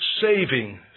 saving